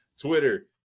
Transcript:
Twitter